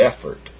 effort